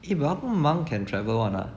eh but how come monk can travel [one] lah